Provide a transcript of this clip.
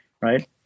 right